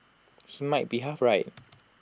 he might be half right